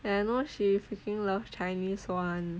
and I know she freaking love chinese [one]